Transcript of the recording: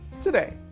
today